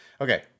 Okay